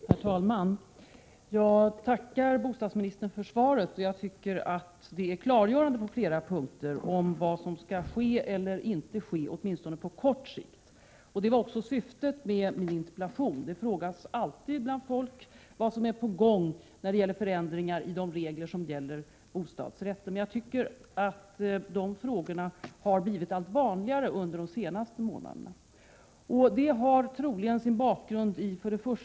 Herr talman! Jag tackar bostadsministern för svaret. Jag tyckte att svaret är klargörande på flera punkter när det gäller vad som skall ske eller inte skall ske, åtminstone på kort sikt. Syftet med min interpellation var att få reda på detta. Det frågas alltid bland folk vad som är på gång när det gäller förändringar i de regler som rör bostadsrätter. Dessa frågor har blivit allt vanligare under de senaste månaderna. Det har troligen sin bakgrund i följande tre faktorer.